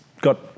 got